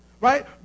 right